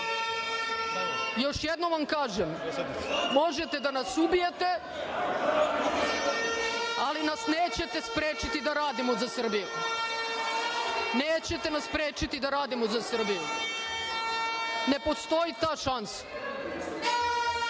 Još jednom vam kažem. Možete da nas ubijete, ali nas nećete sprečiti da radimo za Srbiju. Nećete nas sprečiti da radimo za Srbiju. Ne postoji ta šansa.